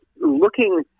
looking